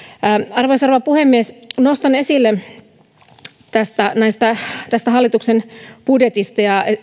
arvoisa rouva puhemies nostan esille tästä hallituksen budjetista ja